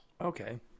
Okay